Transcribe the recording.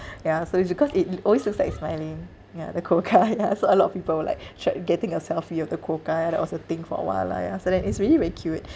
ya so it's because it always looks like it's smiling ya the quokka ya so a lot of people like tried getting a selfie of the quokka ya that was a thing for a while lah ya so then it's really very cute